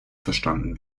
verstanden